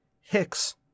Hicks